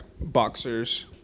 boxers